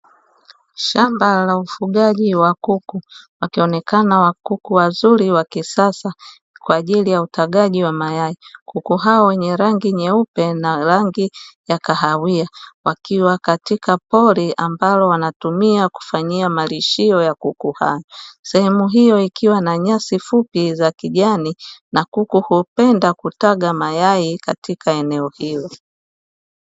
Shamba la ufugaji wa kuku wakionekana kuku wazuri wa kisasa, kwa ajili ya utagaji wa mayai. Kuku hao wenye rangi nyeupe na rangi ya kahawia wakiwa katika pori ambalo wanatumia kufanyia malisho ya kuku hawa. Sehemu hio ikiwa na nyasi fupi za kijani, na kuku hupenda kutaga mayai katika eneo hilo.